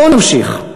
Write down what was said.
בואו נמשיך.